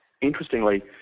Interestingly